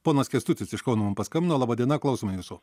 ponas kęstutis iš kauno mum paskambino laba diena klausom jūsų